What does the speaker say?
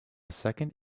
second